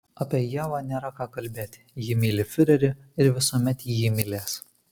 apie ievą nėra ką kalbėti ji myli fiurerį ir visuomet jį mylės